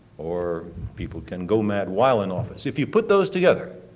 or people can go mad while in office. if you put those together,